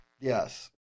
Yes